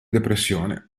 depressione